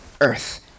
earth